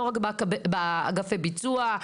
לא רק באגפי ביצוע,